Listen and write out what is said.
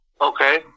Okay